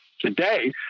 today